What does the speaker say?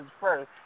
first